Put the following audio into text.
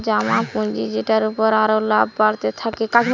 জমা পুঁজি যেটার উপর আরো লাভ বাড়তে থাকে